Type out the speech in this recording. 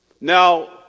Now